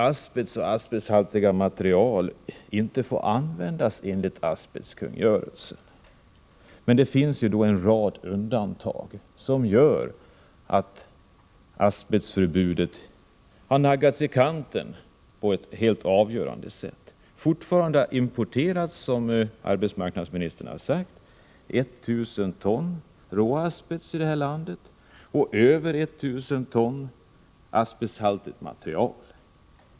Asbest och asbesthaltiga material får enligt asbestkungörelsen inte användas, men en rad undantag har medfört att asbestförbudet har urholkats på ett helt avgörande sätt. Fortfarande importeras, som arbetsmarknadsministern har sagt, 1 000 ton råasbest till det här landet samt över 1 000 ton asbesthaltigt material.